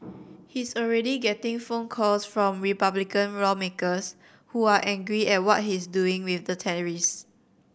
he's already getting phone calls from Republican lawmakers who are angry at what he's doing with the tariffs